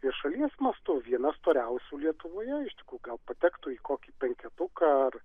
ir šalies mastu viena storiausių lietuvoje iš tikrųjų gal patektų į kokį penketuką